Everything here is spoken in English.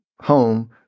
home